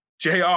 jr